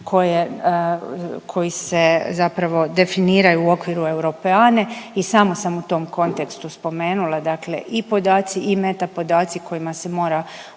koji se zapravo definiraju u okviru Europeane i samo sam u tom kontekstu spomenula, dakle i podaci i meta-podaci kojima se mora